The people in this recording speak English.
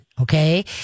Okay